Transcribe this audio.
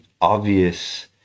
obvious